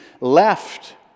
left